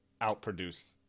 outproduce